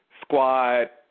squat